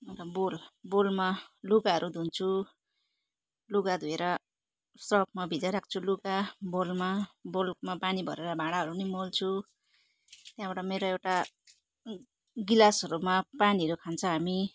अन्त बोउल बोउलमा लुगाहरू धुन्छु लुगा धोएर सर्फमा भिजाइराख्छु लुगा बोउलमा बोउलमा पानी भरेर भाँडाहरू पनि मोल्छु त्यहाँबाट मेरो एउटा गिलासहरूमा पानीहरू खान्छ हामी